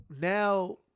Now